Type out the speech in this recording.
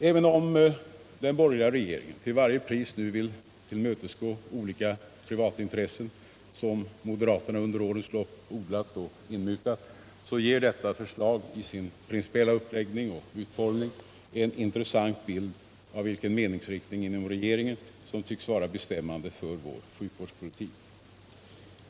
Även om den borgerliga regeringen till varje pris nu vill tillmötesgå olika privatintressen som moderaterna under årens lopp har odlat och inmutat, ger detta förslag i sin principiella uppläggning och utformning en intressant bild av vilken meningsriktning inom regeringen som tycks vara bestämmande för vår sjukvårdspolitik.